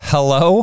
Hello